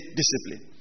discipline